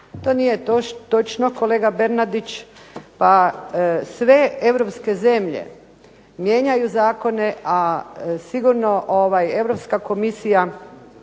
To nije točno, kolega Bernardić. Pa sve europske zemlje mijenjaju zakone, a sigurno Europska komisija